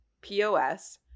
POS